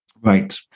Right